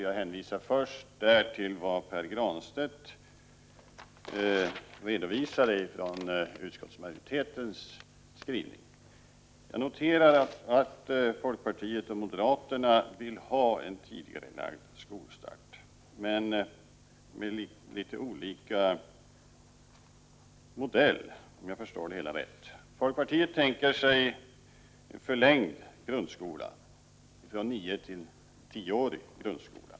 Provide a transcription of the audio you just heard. Jag hänvisar inledningsvis till vad Pär Granstedt redovisade från utskottsmajoritetens skrivning. Folkpartiet och moderaterna vill ha en tidigarelagd skolstart, men med litet olika modell, om jag förstår det hela rätt. Folkpartiet tänker sig förlängd grundskola, från nioårig till tioårig.